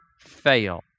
fail